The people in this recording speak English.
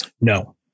No